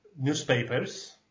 newspapers